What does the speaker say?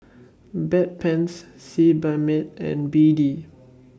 Bedpans Sebamed and B D